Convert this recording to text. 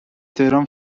تهران